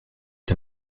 est